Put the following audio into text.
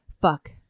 Fuck